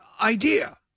idea